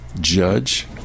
judge